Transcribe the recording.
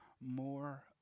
more